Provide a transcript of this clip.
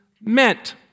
meant